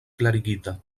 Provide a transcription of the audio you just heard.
klarigita